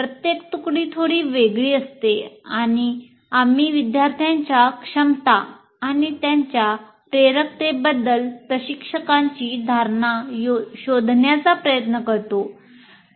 प्रत्येक तुकडी थोडी वेगळी असते आणि आम्ही विद्यार्थ्यांच्या क्षमता आणि त्यांच्या प्रेरकतेबद्दल प्रशिक्षकाची धारणा शोधण्याचा प्रयत्न करतो